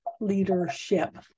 leadership